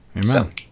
Amen